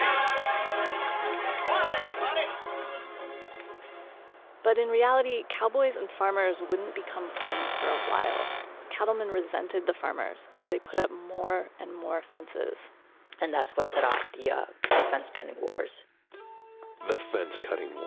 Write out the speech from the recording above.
um but in reality, cowboys and farmers wouldn't become friends for a while. the cattlemen resented the farmers as they put up more and more fences and that's what set off the ah the fence cutting wars the fence cutting